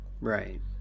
Right